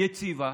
יציבה.